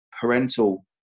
parental